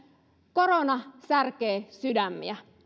korona särkee sydämiä